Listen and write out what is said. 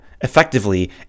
effectively